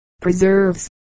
preserves